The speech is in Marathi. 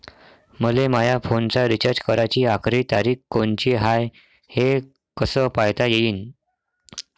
मले माया फोनचा रिचार्ज कराची आखरी तारीख कोनची हाय, हे कस पायता येईन?